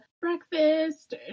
breakfast